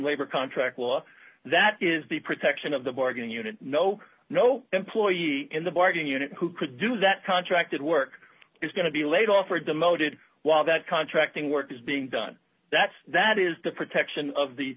labor contract law that is the protection of the bargain unit no no employee in the bargain unit who could do that contracted work is going to be laid off or demoted while that contracting work is being done that that is the protection of the